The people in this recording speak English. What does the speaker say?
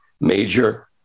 major